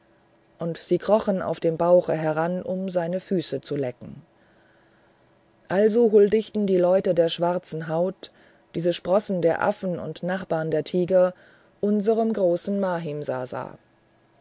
und sie krochen auf dem bauche heran um seine füße zu lecken also huldigten die leute der schwarzen haut diese sprossen der affen und nachbarn der tiger unserem großen